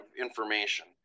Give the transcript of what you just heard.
information